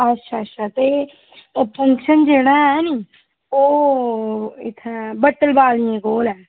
अच्छा अच्छा ते एह् फंक्शन जेह्ड़ा ऐ निं ओह् इत्थै बट्टल बालियें कोल ऐ